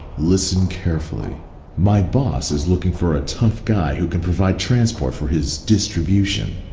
listen carefully my boss is looking for a tough guy who can provide transport for his distribution.